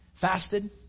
fasted